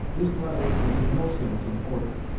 this letter is in no sense an order.